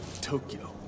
Tokyo